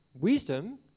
wisdom